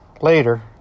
later